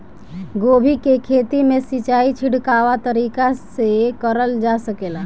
गोभी के खेती में सिचाई छिड़काव तरीका से क़रल जा सकेला?